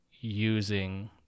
using